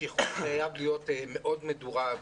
השחרור חייב להיות מאוד מדורג.